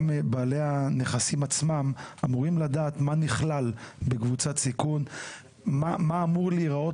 גם בעלי הנכסים אמורים לדעת מה נכלל בקבוצת סיכון ומה אמור להיראות